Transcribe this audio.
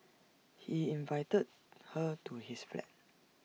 he invited her to his flat